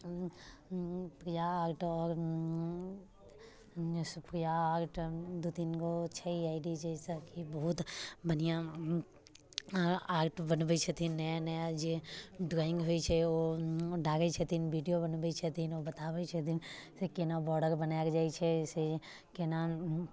Priya art आओर Supriya art दू तीनगो छै आइ डी जाहिसँ कि बहुत बढ़िआँ आर्ट बनबैत छथिन नया नया जे ड्रॉइङ्ग होइत छै ओ डालैत छथिन वीडियो बनबैत छथिन ओ बताबैत छथिन से केना बोर्डर बनायल जाइ छै केना